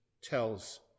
tells